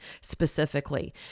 specifically